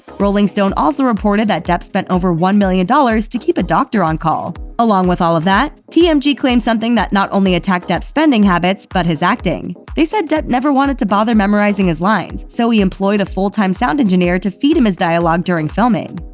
rolling stone also reported that depp spent over one million dollars to keep a doctor on call. along with all of that, tmg yeah um claimed something that not only attacked depp's spending habits, but his acting. they said depp never wanted to bother memorizing his lines, so he employed a full-time sound engineer to feed him his dialogue during filming.